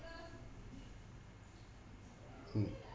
mm